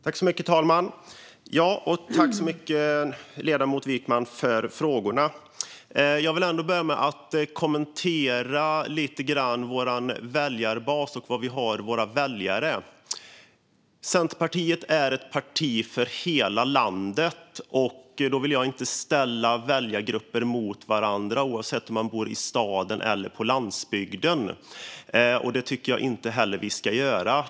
Fru talman! Tack, ledamoten Wykman, för frågorna! Jag vill börja med att kommentera vår väljarbas och var vi har våra väljare. Centerpartiet är ett parti för hela landet. Jag vill inte ställa väljargrupper mot varandra, oavsett om de bor i staden eller på landsbygden. Det tycker jag inte heller att vi ska göra.